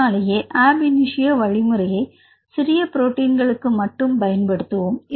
அதனாலேயே ab initio வழிமுறையை சிறிய புரோட்டின்களுக்கு மட்டும் பயன் படுத்துவோம்